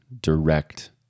direct